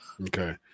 Okay